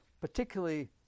particularly